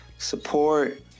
support